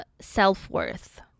self-worth